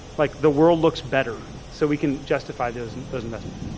like the world looks better. so we can justify those and those investments.